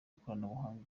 ikoranabuhanga